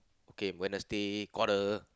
okay Wednesday quarrel